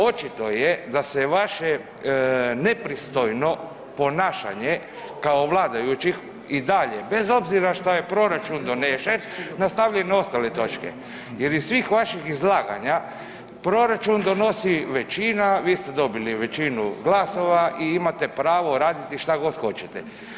Očito je da se vaše nepristojno ponašanje kao vladajućih i dalje, bez obzira šta je proračun donesen nastavlja i na ostale točke jer iz svih vaših izlaganja proračun donosi većina, vi ste dobili većinu glasova i imate pravo raditi šta god hoćete.